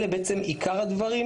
אלה בעצם עיקר הדברים.